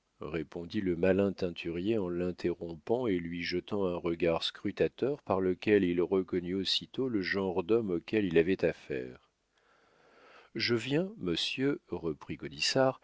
répondit le malin teinturier en l'interrompant et lui jetant un regard scrutateur par lequel il reconnut aussitôt le genre d'homme auquel il avait affaire je viens monsieur reprit